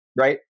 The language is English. right